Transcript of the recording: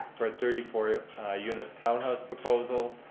for a thirty four unit townhouse proposal.